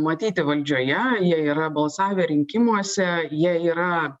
matyti valdžioje jie yra balsavę rinkimuose jie yra